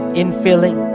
infilling